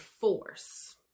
force